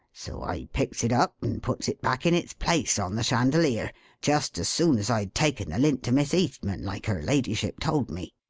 so i picks it up and puts it back in its place on the chandelier just as soon as i'd taken the lint to miss eastman like her ladyship told me